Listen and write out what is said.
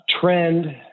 trend